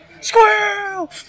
Squirrel